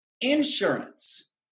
insurance